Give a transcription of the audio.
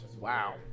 Wow